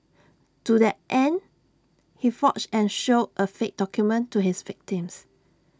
to that end he forged and showed A fake document to his victims